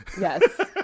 Yes